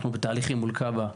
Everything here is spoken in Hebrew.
אנחנו בתהליכים מול כיבוי אש,